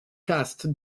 caste